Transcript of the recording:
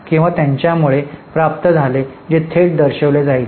किंवा त्यांच्यामुळे प्राप्त झाले जे थेट दर्शविले जाईल